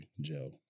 joe